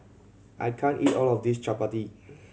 I can't eat all of this Chapati